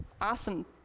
awesome